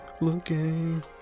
looking